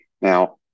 Now